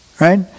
right